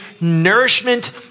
nourishment